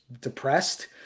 depressed